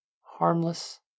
harmless